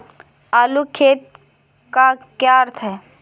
चालू खाते का क्या अर्थ है?